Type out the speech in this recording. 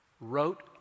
wrote